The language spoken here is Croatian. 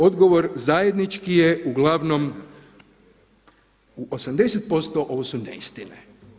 Odgovor zajednički je uglavnom, u 80% ovo su neistine.